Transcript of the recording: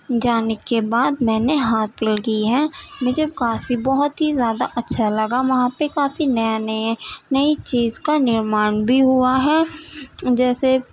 جانے کے بعد میں نے حاصل کی ہے مجھے کافی بہت ہی زیادہ اچھا لگا وہاں پہ کافی نئے نئے نئی چیز کا نرمان بھی ہوا ہے جیسے